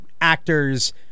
actors